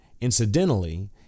incidentally